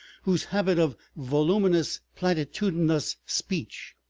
whose habit of voluminous platitudinous speech,